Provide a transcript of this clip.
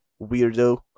weirdo